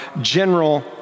general